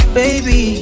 baby